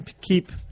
keep –